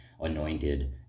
anointed